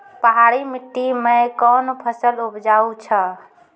पहाड़ी मिट्टी मैं कौन फसल उपजाऊ छ?